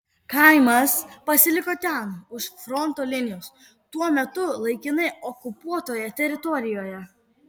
kaimas pasiliko ten už fronto linijos tuo metu laikinai okupuotoje teritorijoje